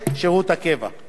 נוסף על כל אלה,